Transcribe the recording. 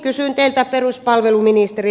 kysyn teiltä peruspalveluministeri